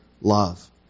love